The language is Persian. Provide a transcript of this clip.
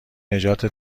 نجات